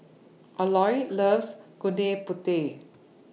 Aloys loves Gudeg Putih